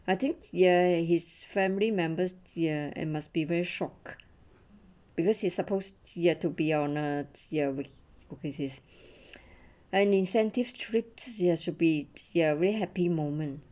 I think ya his family members ya and must be very shock because it's supposed to be on a ya we focus is an incentive trip to see has to be here a happy moment